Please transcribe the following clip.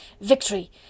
Victory